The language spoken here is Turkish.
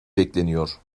bekleniyor